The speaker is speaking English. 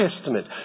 Testament